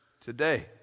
Today